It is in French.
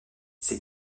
ses